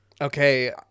Okay